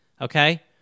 Okay